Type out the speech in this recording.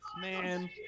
Man